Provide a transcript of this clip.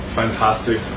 fantastic